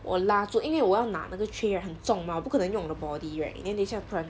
我拉住因为我要拿那个 tray right 很重吗不可能用我的 body right then 等一下不然